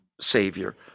Savior